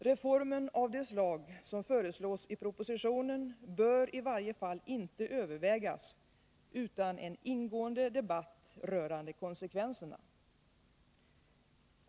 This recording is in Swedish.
Reformer av det slag som föreslås i propositionen bör i varje fall inte övervägas utan en ingående debatt rörande konsekvenserna.